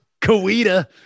Kawita